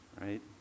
Right